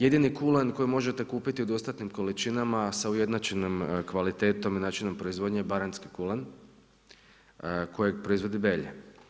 Jedini kulen koji možete kupiti u dostatnim količinama, sa ujednačenom kvalitetom i načinom proizvodnje je baranjski kulen, kojeg proizvodi Belja.